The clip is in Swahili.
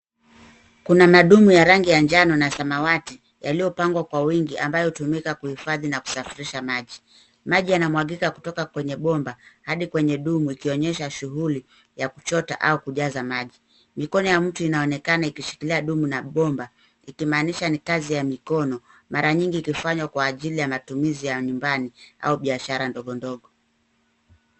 Kuna madumu ya rangi ya njano na samawati yaliyopangwa kwa wingi ambayo hutumika kuhifadhi na kusafirisha maji. Maji yanamwagika kutoka kwenye bomba hadi kwenye dumu ikionyesha shughuli ya kuchota au kujaza maji. Mikono ya mtu inaonekana ikishikilia dumu na bomba ikimaanisha ni kazi ya mikono. Mara nyingi ikifanywa kwa matumizi ya nyumbani au biashara ndogo ndogo.